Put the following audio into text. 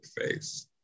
face